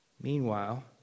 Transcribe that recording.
Meanwhile